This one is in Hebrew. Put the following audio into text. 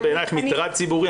זה מטרד ציבורי?